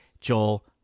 Joel